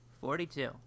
Forty-two